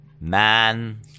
man